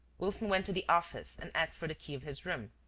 wilson went to the office and asked for the key of his room.